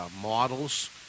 models